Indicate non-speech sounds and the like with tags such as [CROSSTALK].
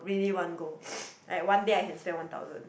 really at one go [NOISE] I one day I can spend one thousand